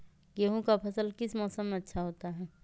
गेंहू का फसल किस मौसम में अच्छा होता है?